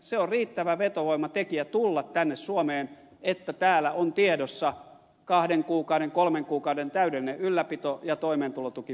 se on riittävä vetovoimatekijä tulla tänne suomeen että täällä on tiedossa kahden kuukauden kolmen kuukauden täydellinen ylläpito ja toimeentulotuki päälle